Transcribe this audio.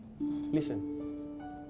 listen